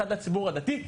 אחד לציבור הדתי,